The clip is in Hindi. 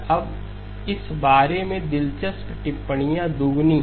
अब इस बारे में दिलचस्प टिप्पणियां दुगनी हैं